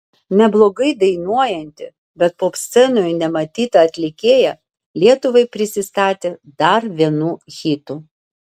neblogai dainuojanti bet popscenoje nematyta atlikėja lietuvai prisistatė dar vienu hitu